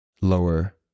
lower